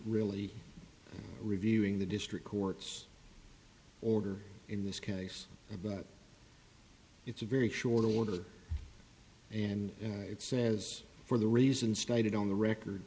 really reviewing the district court's order in this case but it's a very short order and it says for the reasons stated on the record